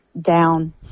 down